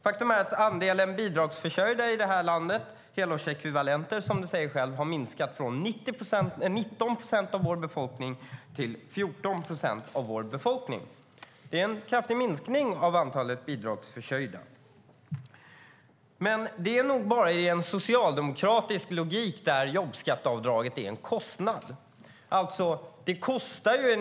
Faktum är att andelen bidragsförsörjda i det här landet i helårsekvivalenter har minskat från 19 procent av vår befolkning till 14 procent av vår befolkning. Det är en kraftig minskning av antalet bidragsförsörjda. Det är nog bara i en socialdemokratisk logik som jobbskatteavdraget är en kostnad.